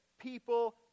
people